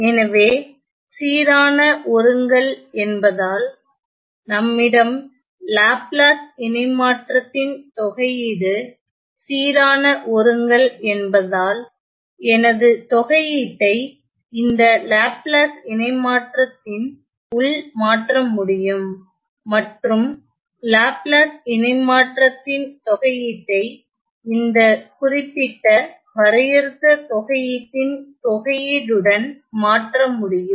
எனவே சீரான ஒருங்கல் என்பதால் நம்மிடம் லாப்லாஸ் இணைமாற்றத்தின் தொகையீடு சீரான ஒருங்கல் என்பதால்எனது தொகையீட்டை இந்த லாப்லாஸ் இணைமாற்றத்தின் உள் மாற்ற முடியும் மற்றும் லாப்லாஸ் இணை மாற்றத்தின் தொகையீட்டை இந்த குறிப்பிட்ட வரையறுத்த தொகையீட்டின் தொகையீடுடன் மாற்ற முடியும்